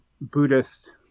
Buddhist